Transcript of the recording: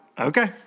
Okay